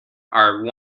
are